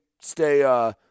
stay